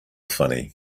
funny